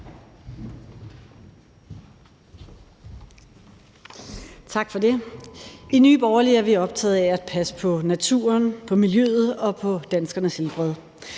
I Nye Borgerlige er vi optagede af at passe på naturen, på miljøet og på danskernes helbred.